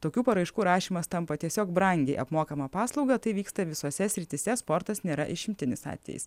tokių paraiškų rašymas tampa tiesiog brangiai apmokama paslauga tai vyksta visose srityse sportas nėra išimtinis atvejis